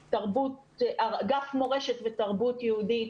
אגף מורשת ותרבות יהודית,